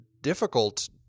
difficult